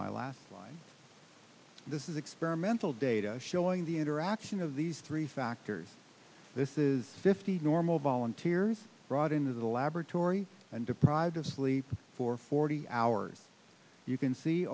my last line this is experimental data showing the interaction of these three factors this is fifty normal volunteers brought into the laboratory and deprived of sleep for forty hours you can see